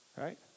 Right